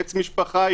עץ משפחה,